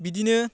बिदिनो